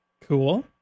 Cool